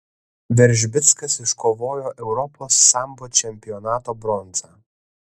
veržbickas iškovojo europos sambo čempionato bronzą